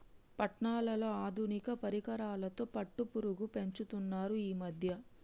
పట్నాలలో ఆధునిక పరికరాలతో పట్టుపురుగు పెంచుతున్నారు ఈ మధ్య